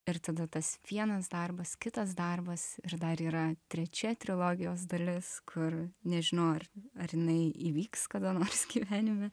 ir tada tas vienas darbas kitas darbas ir dar yra trečia trilogijos dalis kur nežinau ar ar jinai įvyks kada nors gyvenime